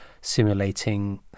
simulating